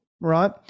Right